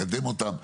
לקדם אותם,